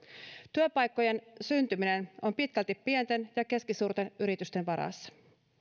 työpaikkojen syntyminen on pitkälti pienten ja keskisuurten yritysten varassa